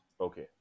Okay